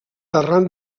arran